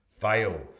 fail